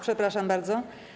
Przepraszam bardzo.